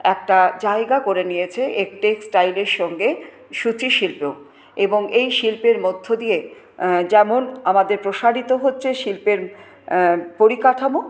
একটা জায়গা করে নিয়েছে এই টেক্সটাইলের সঙ্গে সূচি শিল্প এবং এই শিল্পের মধ্য দিয়ে যেমন আমাদের প্রসারিত হচ্ছে শিল্পের পরিকাঠামো